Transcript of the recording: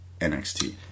NXT